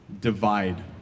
divide